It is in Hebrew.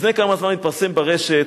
לפני כמה זמן התפרסם ברשת,